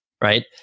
right